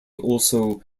also